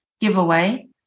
giveaway